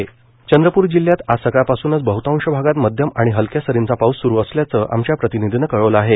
पाऊस विदर्भ चंद्रप्र जिल्ह्यात आज सकाळपासूनच बहतांश भागात मध्यम आणि हलक्या सरीचा पाऊस सुरू असल्याचं आमच्या प्रतिनिधीनं कळवलं आहे